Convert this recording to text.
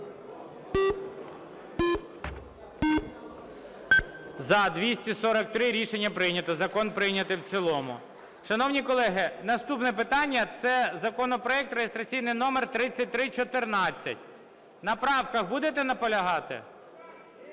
За-243 Рішення прийнято, закон прийнятий в цілому. Шановні колеги, наступне питання – це законопроект реєстраційний номер 3314. На правках будете наполягати?